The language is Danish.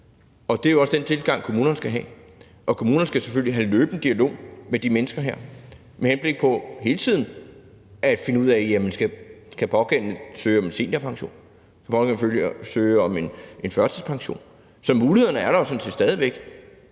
og det er jo også den tilgang, kommunerne skal have. Og kommunerne skal selvfølgelig have løbende dialog med de mennesker her med henblik på hele tiden at finde ud af, om den pågældende skal søge om en seniorpension, eller om den pågældende